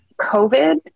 COVID